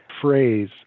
phrase